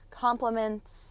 compliments